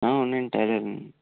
ఆ అవునండి టైలర్నే